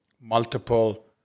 multiple